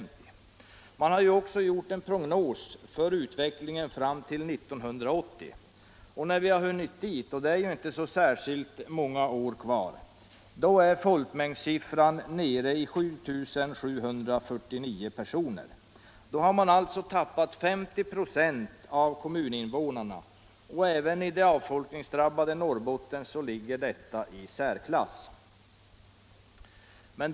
Man har också gjort en prognos för utvecklingen fram till 1980. När vi har hunnit dit — och det är ju inte många år kvar — är folkmängdssiffran nere i 7 749 personer. Då har man alltså tappat 50 26 av kommuninvånarna, och även i det avfolkningsdrabbade Norrbotten ligger detta i särklass.